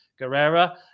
Guerrera